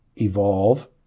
evolve